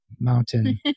mountain